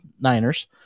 Niners